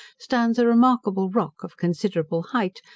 stands a remarkable rock, of considerable height,